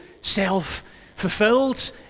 self-fulfilled